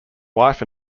wife